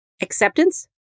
acceptance